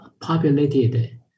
populated